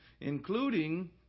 including